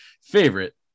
favorite